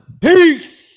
Peace